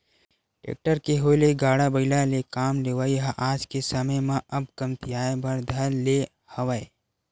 tractor के होय ले गाड़ा बइला ले काम लेवई ह आज के समे म अब कमतियाये बर धर ले हवय